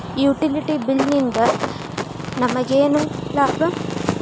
Utility bill ನಿಂದ್ ನಮಗೇನ ಲಾಭಾ?